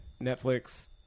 Netflix